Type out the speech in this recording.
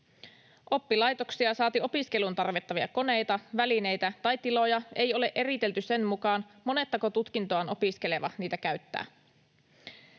Oppilaitoksia saati opiskeluun tarvittavia koneita, välineitä tai tiloja ei ole eritelty sen mukaan, monettako tutkintoaan opiskeleva niitä käyttää.